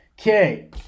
Okay